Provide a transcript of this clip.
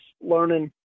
learning